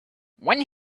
when